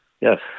Yes